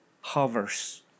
hovers